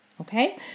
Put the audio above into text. okay